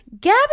Gabby